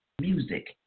music